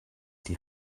die